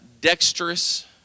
dexterous